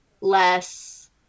less